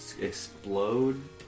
Explode